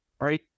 right